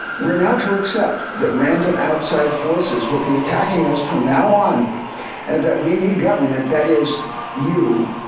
we're now to accept that random outside forces will be attacking us from now on and that we need government, that is you,